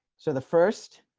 so the first